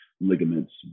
ligaments